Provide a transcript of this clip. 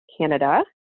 Canada